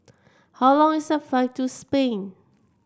how long is the flight to Spain